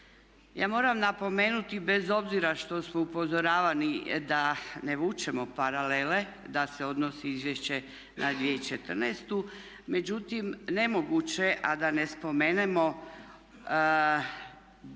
Ja moram napomenuti bez obzira što smo upozoravani da ne vučemo paralele da se odnosi izvješće na 2014. međutim nemoguće a da ne spomenemo